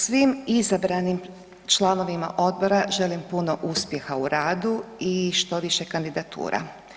Svim izabranim članovima odbora želim puno uspjeha u radu i što više kandidatura.